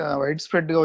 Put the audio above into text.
widespread